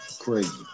Crazy